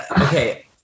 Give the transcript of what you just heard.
Okay